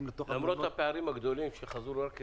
--- למרות הפערים הגדולים שחזו רק 20%,